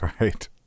Right